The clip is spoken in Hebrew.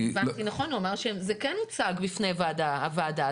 אמרת שאתם עשיתם דוח שזה הוצג בפני הוועדה,